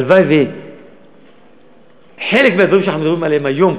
הלוואי שחלק מהדברים שאנחנו מדברים עליהם היום,